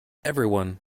everyone